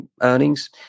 earnings